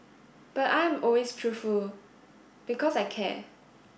but I am always truthful because I care